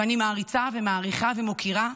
ואני מעריצה, ומעריכה ומוקירה.